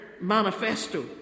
manifesto